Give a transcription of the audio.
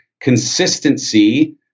consistency